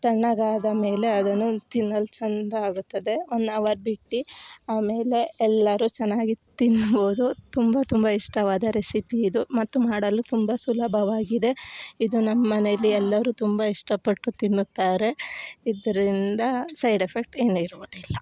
ತಣ್ಣಗಾದ ಮೇಲೆ ಅದನ್ನು ತಿನ್ನಲು ಚಂದ ಆಗುತ್ತದೆ ಒನ್ ಅವರ್ ಬಿಟ್ಟು ಆಮೇಲೆ ಎಲ್ಲರೂ ಚೆನ್ನಾಗಿ ತಿನ್ಬೌದು ತುಂಬ ತುಂಬ ಇಷ್ಟವಾದ ರೆಸಿಪಿ ಇದು ಮತ್ತು ಮಾಡಲು ತುಂಬ ಸುಲಭವಾಗಿದೆ ಇದು ನಮ್ಮ ಮನೇಲಿ ಎಲ್ಲರು ತುಂಬ ಇಷ್ಟ ಪಟ್ಟು ತಿನ್ನುತ್ತಾರೆ ಇದರಿಂದ ಸೈಡ್ ಎಫ್ಫೆಕ್ಟ್ ಏನು ಇರುವುದಿಲ್ಲ